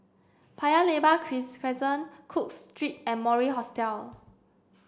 Paya Lebar Crescent Cook Street and Mori Hostel